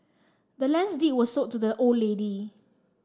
the land's deed was sold to the old lady